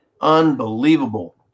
Unbelievable